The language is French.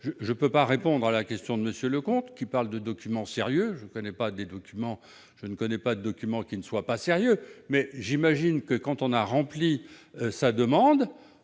Je ne peux pas répondre à la question de M. Leconte sur les documents sérieux : je ne connais pas de documents qui ne le soient pas. J'imagine que, quand on aura rempli sa demande,